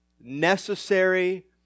necessary